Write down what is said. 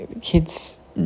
Kids